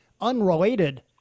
unrelated